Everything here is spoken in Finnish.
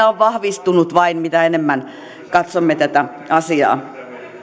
on vain vahvistunut mitä enemmän katsomme tätä asiaa